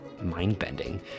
mind-bending